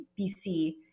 BC